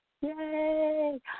Yay